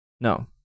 No